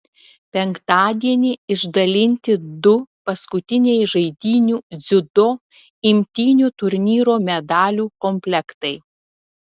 penktadienį išdalinti du paskutiniai žaidynių dziudo imtynių turnyro medalių komplektai